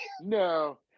No